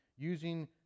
using